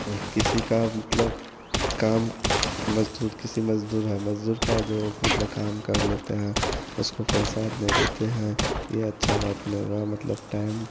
ओ किसी का मतलब काम मज़दूर किसी मज़दूर है मज़दूर का जो मतलब काम कर लेते हैं उसको पैसा नहीं देते हैं यह अच्छी बात नहीं हुई मतलब टाइम